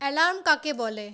alarm কাকে বলে